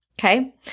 okay